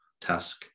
task